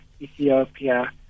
Ethiopia